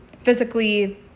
physically